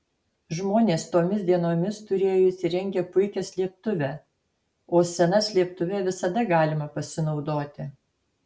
žmonės tomis dienomis turėjo įsirengę puikią slėptuvę o sena slėptuve visada galima pasinaudoti